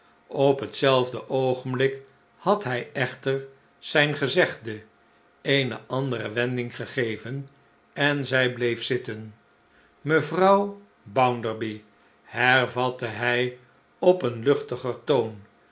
op hetzelfde oogenblik had hij echter zijn gezegde eene andere wending gegeven en zij bleef zitten mevrouw bounderby hervatte hij op een luchtiger toon